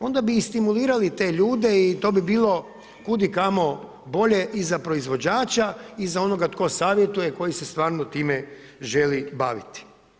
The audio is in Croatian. Onda bi i stimulirali te ljude i to bi bilo kudikamo bolje i za proizvođača i za onoga tko savjetuje, koji se stvarno time želi baviti.